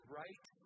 right